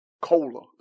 Cola